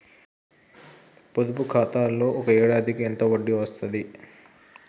పొదుపు ఖాతాలో ఒక ఏడాదికి ఎంత వడ్డీ వస్తది?